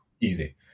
Easy